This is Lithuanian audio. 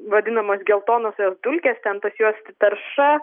vadinamos geltonosios dulkės ten pas juos tarša